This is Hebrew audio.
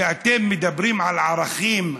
כשאתם מדברים על ערכים,